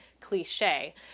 cliche